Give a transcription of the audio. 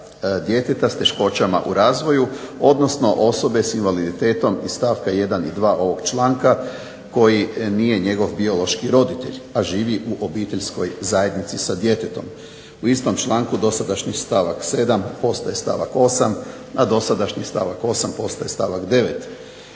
djeteta s teškoćama u razvoju, odnosno osobe s invaliditetom iz stavka 1. i 2. ovog članka koji nije njegov biološki roditelj, a živi u obiteljskoj zajednici sa djetetom." U istom članku dosadašnji stavak 7. postaje stavak 8., a dosadašnji stavak 8. postaje stavak 9.